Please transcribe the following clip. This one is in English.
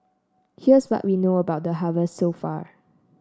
here's what we know about the harvest so far